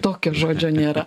tokio žodžio nėra